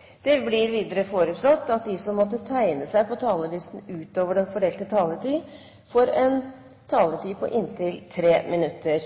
det blir gitt anledning til replikkordskifte på inntil fem replikker med svar etter innlegget fra statsråden innenfor den fordelte taletid. Videre blir det foreslått at de som måtte tegne seg på talerlisten utover den fordelte taletid, får en taletid på inntil 3 minutter.